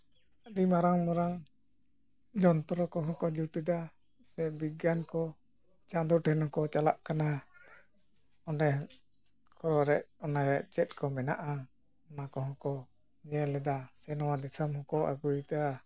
ᱟᱹᱰᱤ ᱢᱟᱨᱟᱝ ᱢᱟᱨᱟᱝ ᱡᱚᱱᱛᱨᱚ ᱠᱚᱦᱚᱸᱠᱚ ᱡᱩᱛᱮᱫᱟ ᱥᱮ ᱵᱤᱜᱽᱜᱟᱱ ᱠᱚ ᱪᱟᱸᱫᱚ ᱴᱷᱮᱱ ᱦᱚᱸᱠᱚ ᱪᱟᱞᱟᱜ ᱠᱟᱱᱟ ᱚᱸᱰᱮ ᱠᱚ ᱵᱟᱰᱟᱭᱮᱫ ᱚᱱᱟᱨᱮᱭᱟᱜ ᱪᱮᱫ ᱠᱚ ᱢᱮᱱᱟᱜᱼᱟ ᱚᱱᱟ ᱠᱚᱦᱚᱸ ᱠᱚ ᱧᱮᱞᱮᱫᱟ ᱥᱮ ᱱᱚᱣᱟ ᱫᱤᱥᱚᱢ ᱦᱚᱸᱠᱚ ᱟᱜᱩᱭᱮᱫᱟ